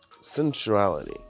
sensuality